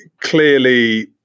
clearly